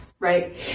Right